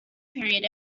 period